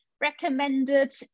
recommended